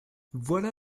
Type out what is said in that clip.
voilà